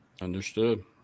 Understood